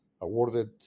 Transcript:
awarded